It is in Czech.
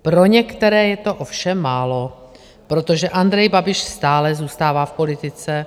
Pro některé je to ovšem málo, protože Andrej Babiš stále zůstává v politice.